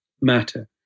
matter